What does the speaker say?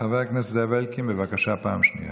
חבר הכנסת זאב אלקין, בבקשה, פעם שנייה.